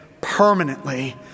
permanently